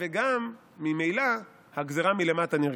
וגם ממילא הגזרה מלמטה נרגעה.